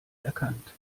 erkannt